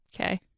Okay